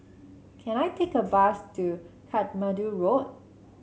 can I take a bus to Katmandu Road